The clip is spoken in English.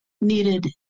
needed